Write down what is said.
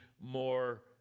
more